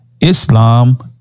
Islam